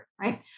right